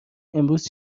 امروز